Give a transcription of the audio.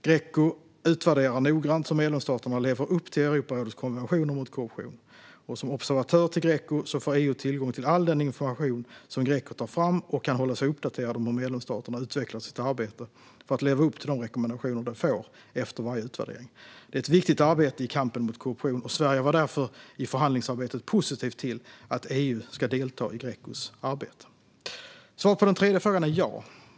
Greco utvärderar noggrant hur medlemsstaterna lever upp till Europarådets konventioner mot korruption. Som observatör till Greco får EU tillgång till all den information som Greco tar fram och kan hålla sig uppdaterad om hur medlemsstaterna utvecklar sitt arbete för att leva upp till de rekommendationer de får efter varje utvärdering. Det är ett viktigt arbete i kampen mot korruption, och Sverige var därför i förhandlingsarbetet positivt till att EU ska delta i Grecos arbete. Svaret på den tredje frågan är ja.